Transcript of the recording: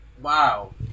Wow